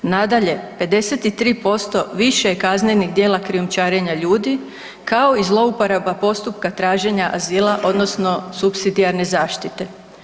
Nadalje, 53% više je kaznenih djela krijumčarenja ljudi, kao i zlouporaba postupka traženja azila odnosno supsidijarne zaštite.